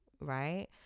right